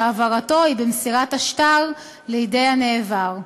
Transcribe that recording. שהעברתו היא במסירת השטר לידי הנעבר.